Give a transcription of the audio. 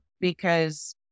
because-